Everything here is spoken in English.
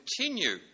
continue